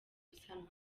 gusanwa